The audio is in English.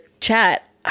chat